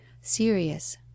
serious